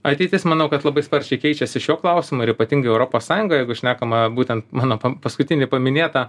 ateitis manau kad labai sparčiai keičiasi šiuo klausimu ir ypatingai europos sąjungoj jeigu šnekama būtent mano paskutinį paminėtą